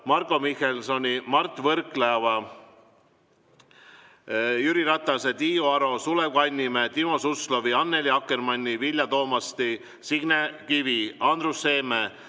Marko Mihkelsoni, Mart Võrklaeva, Jüri Ratase, Tiiu Aro, Sulev Kannimäe, Timo Suslovi, Annely Akkermanni, Vilja Toomasti, Signe Kivi, Andrus Seeme,